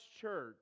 church